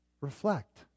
reflect